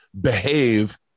behave